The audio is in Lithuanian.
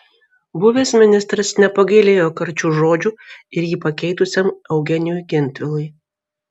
buvęs ministras nepagailėjo karčių žodžių ir jį pakeitusiam eugenijui gentvilui